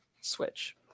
switch